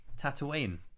Tatooine